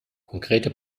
konkrete